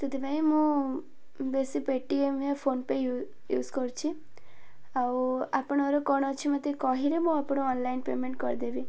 ସେଥିପାଇଁ ମୁଁ ବେଶୀ ପେଟିଏମ୍ ବା ଫୋନ ପେ ୟୁଜ୍ କରଛି ଆଉ ଆପଣଙ୍କର କ'ଣ ଅଛି ମୋତେ କହିଲେ ମୁଁ ଆପଣ ଅନଲାଇନ୍ ପେମେଣ୍ଟ କରିଦେବି